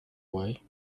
way